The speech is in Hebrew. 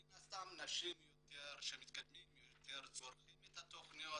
מן הסתם כשמתקדמים יותר נשים צורכות את התכניות